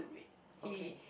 read he